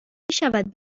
میشود